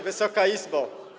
Wysoka Izbo!